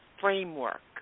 framework